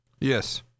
Yes